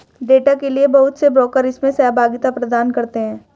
data के लिये बहुत से ब्रोकर इसमें सहभागिता प्रदान करते हैं